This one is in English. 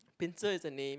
Pinsir is a name